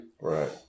Right